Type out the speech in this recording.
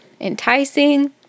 enticing